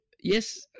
yes